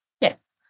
Yes